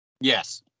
Yes